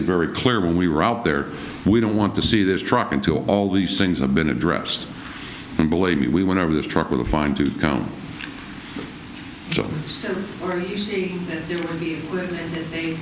it very clear when we were out there we don't want to see this truck into all these things i've been addressed and believe me we went over this truck with a fine tooth comb so